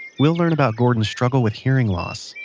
we'll learn about gordon's struggle with hearing loss,